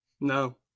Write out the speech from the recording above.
No